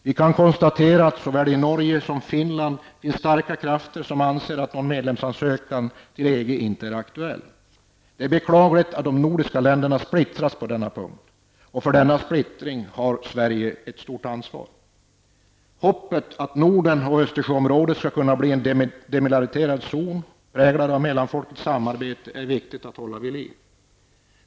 Vi kan konstatera att det både i Norge och i Finland finns starka krafter som ger uttryck för att en ansökan om medlemskap i EG inte är aktuell. Det är beklagligt att de nordiska länderna splittras på denna punkt, och för denna splittring har Sverige ett stort ansvar. Det är viktigt att hoppet om att Norden och Östersjöområdet blir en demilitariserad zon präglad av mellanfolkligt samarbete finns även i fortsättningen.